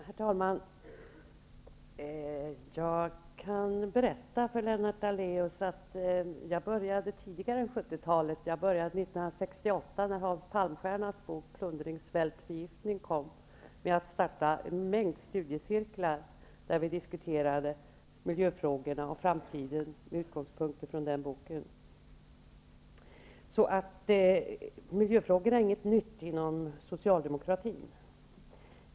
Herr talman! Jag kan berätta för Lennart Daléus att jag började tidigare än på 70-talet -- jag började 1968, när Hans Palmstiernas bok Plundring, svält, förgiftning kom -- med att starta en mängd studiecirklar där vi diskuterade miljöfrågorna och framtiden med utgångspunkt i den boken. Miljöfrågorna är alltså inte nya inom socialdemokratin.